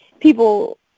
people